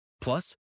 Plus